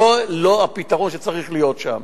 וזה לא הפתרון שצריך להיות שם.